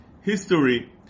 History